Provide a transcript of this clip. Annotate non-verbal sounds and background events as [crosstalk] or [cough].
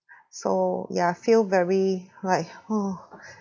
so ya feel very like [noise]